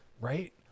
right